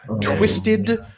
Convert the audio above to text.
twisted